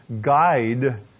Guide